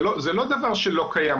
זה לא דבר שלא קיים,